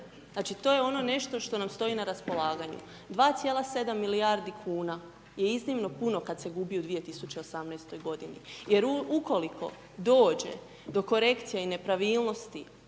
Znači, to je ono nešto što nam stoji na raspolaganju. 2,7 milijardi kuna je iznimno puno kad se gubi u 2018. godini, jer ukoliko dođe do korekcija i nepravilnosti,